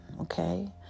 okay